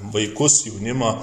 vaikus jaunimą